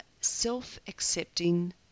self-accepting